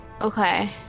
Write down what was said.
Okay